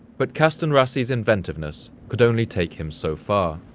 but kastanrassi's inventiveness could only take him so far.